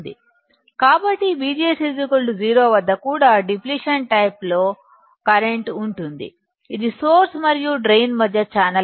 కాబట్టి VGS 0 వద్ద కూడా డిప్లిషన్ టైపు లో ఉంటుంది ఇది సోర్స్ మరియు డ్రైన్ మధ్య ఛానల్